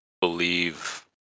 believe